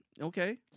okay